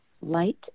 light